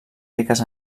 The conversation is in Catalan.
riques